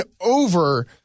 over